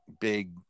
big